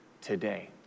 today